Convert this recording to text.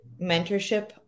mentorship